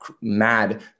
mad